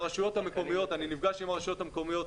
אני נפגש עם הרשויות המקומיות,